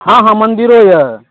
हाँ हाँ मन्दिरो यऽ